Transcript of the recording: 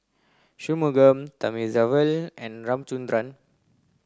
Shunmugam Thamizhavel and Ramchundra